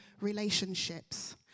relationships